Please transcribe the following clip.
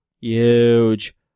Huge